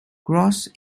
gros